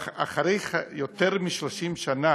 אבל אחרי יותר מ-30 שנה